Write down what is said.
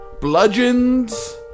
bludgeons